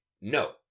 no